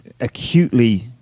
acutely